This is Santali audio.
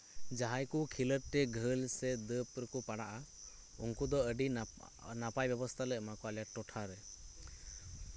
ᱡᱟᱦᱟᱸᱭ ᱠᱚ ᱠᱷᱮᱞᱳᱰ ᱛᱮ ᱜᱷᱟᱹᱞ ᱥᱮ ᱫᱟᱹᱲ ᱯᱟᱹᱨᱠᱟᱹᱣ ᱠᱚ ᱯᱟᱲᱟᱜᱼᱟ ᱩᱱᱠᱩ ᱫᱚ ᱟᱞᱮ ᱟᱹᱰᱤ ᱱᱟᱯᱟᱭ ᱵᱮᱵᱚᱴᱷᱟ ᱞᱮ ᱮᱢᱟ ᱠᱚᱣᱟ ᱟᱞᱮ ᱴᱚᱴᱷᱟᱨᱮ